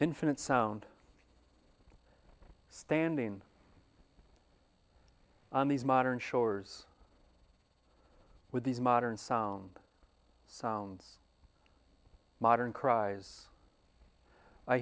infinite sound standing on these modern shores with these modern song sounds modern cries i